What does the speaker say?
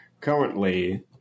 Currently